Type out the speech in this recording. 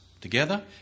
together